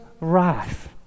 wrath